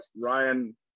Ryan